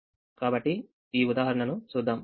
కాబట్టి ఈ ఉదాహరణను చూద్దాం